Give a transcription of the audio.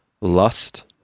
lust